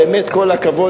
באמת כל הכבוד,